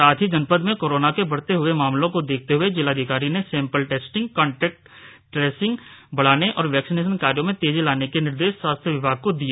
साथ ही जनपद में कोरोना के बढ़ते हुए मामलों को देखते हुए जिला अधिकारी ने सैंपल टेस्टिंग कांटेक्ट ट्रेसिंग बढ़ाने और वैक्शीनेशन कार्यों में तेजी लाने के निर्देश स्वास्थ्य विभाग को दिए